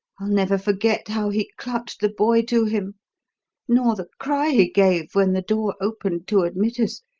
i'll never forget how he clutched the boy to him nor the cry he gave when the door opened to admit us,